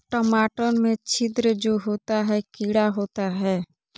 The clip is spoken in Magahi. टमाटर में छिद्र जो होता है किडा होता है?